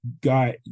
got